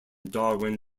darwin